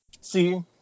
See